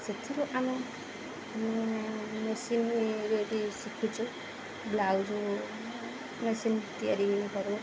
ସେଥିରୁ ଆମେ ମେ ମେ ମେସିନ୍ରେ ବି ଶିଖିଛୁ ବ୍ଲାଉଜ୍ ମେସିନ୍ ତିଆରି କରୁ